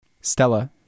Stella